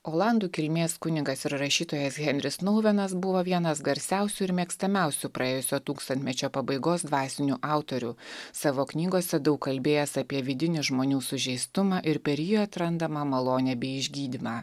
olandų kilmės kunigas ir rašytojas henris nouenas buvo vienas garsiausių ir mėgstamiausių praėjusio tūkstantmečio pabaigos dvasinių autorių savo knygose daug kalbėjęs apie vidinį žmonių sužeistumą ir per jį atrandamą malonę bei išgydymą